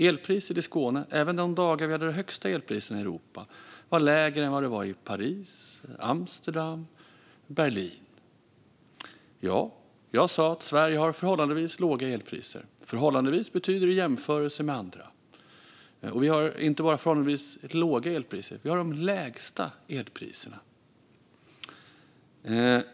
Även de dagar då vi i Europa hade de högsta elpriserna var elpriserna i Skåne lägre än i Paris, Amsterdam och Berlin. Ja, jag sa att Sverige har förhållandevis låga elpriser. Förhållandevis betyder i jämförelse med andra. Och vi har inte bara förhållandevis låga elpriser; vi har de lägsta elpriserna.